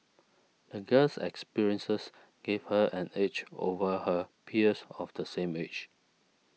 the girl's experiences gave her an edge over her peers of the same age